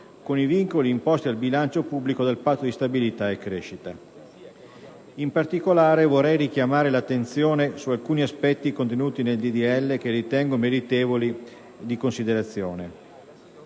con i vincoli imposti al bilancio pubblico dal Patto di stabilità e crescita. In particolare, vorrei richiamare l'attenzione su alcuni aspetti contenuti nel disegno di legge che ritengo meritevoli di considerazione.